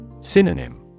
Synonym